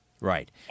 Right